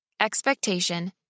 expectation